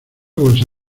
bolsa